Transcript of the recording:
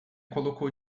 colocou